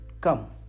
come